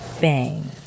bang